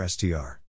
Str